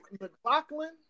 McLaughlin